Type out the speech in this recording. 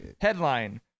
Headline